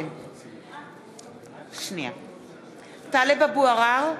(קוראת בשמות חברי הכנסת) טלב אבו עראר,